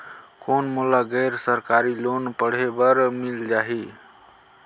कौन मोला गैर सरकारी लोन पढ़े बर मिल जाहि?